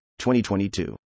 2022